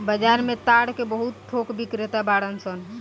बाजार में ताड़ के बहुत थोक बिक्रेता बाड़न सन